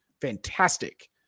fantastic